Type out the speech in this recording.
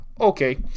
Okay